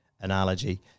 analogy